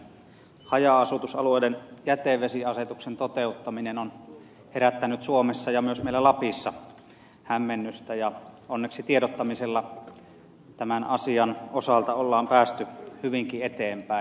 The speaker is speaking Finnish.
haja asutusalueiden jätevesiasetuksen toteuttaminen on herättänyt suomessa ja myös meillä lapissa hämmennystä ja onneksi tiedottamisella tämän asian osalta ollaan päästy hyvinkin eteenpäin